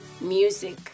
music